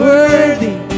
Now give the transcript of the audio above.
Worthy